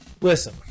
listen